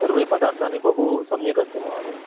सर्वाः पदार्थाः बहु सम्यक् अस्ति महोदय